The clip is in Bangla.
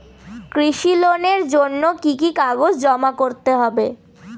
কৃষি লোনের জন্য কি কি কাগজ জমা করতে হবে?